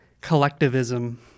collectivism